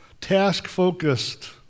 task-focused